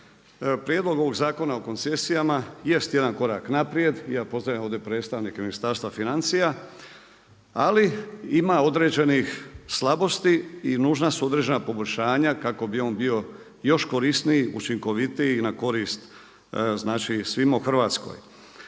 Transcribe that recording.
Prijedlog ovog Zakona o koncesijama jest jedan korak naprijed i ja pozdravljam ovdje predstavnika Ministarstva financija, ali ima određenih slabosti i nužna su određena poboljšanja kako bi on bio još korisniji, učinkovitiji i na korist znači svima u Hrvatskoj.